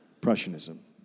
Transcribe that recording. Prussianism